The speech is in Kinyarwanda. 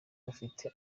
bafite